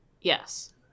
yes